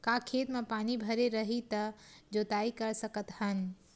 का खेत म पानी भरे रही त जोताई कर सकत हन?